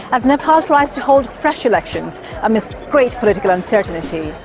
as nepal tries to hold fresh elections amidst great political uncertainty.